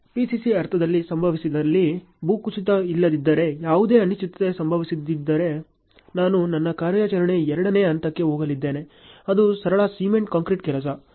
PCC ಅರ್ಥದಲ್ಲಿ ಸಂಭವಿಸಿದಲ್ಲಿ ಭೂಕುಸಿತ ಇಲ್ಲದಿದ್ದರೆ ಯಾವುದೇ ಅನಿಶ್ಚಿತತೆ ಸಂಭವಿಸದಿದ್ದರೆ ನಾನು ನನ್ನ ಕಾರ್ಯಾಚರಣೆಯ ಎರಡನೇ ಹಂತಕ್ಕೆ ಹೋಗಲಿದ್ದೇನೆ ಅದು ಸರಳ ಸಿಮೆಂಟ್ ಕಾಂಕ್ರೀಟ್ ಕೆಲಸ